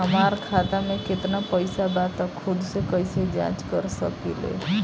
हमार खाता में केतना पइसा बा त खुद से कइसे जाँच कर सकी ले?